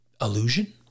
illusion